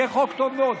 יהיה חוק, טוב מאוד.